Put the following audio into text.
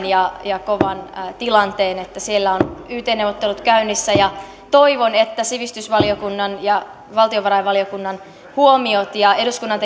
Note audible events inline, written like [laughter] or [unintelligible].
[unintelligible] ja ja kovan tilanteen että siellä on yt neuvottelut käynnissä ja toivon että sivistysvaliokunnan ja valtiovarainvaliokunnan huomiot ja eduskunnan [unintelligible]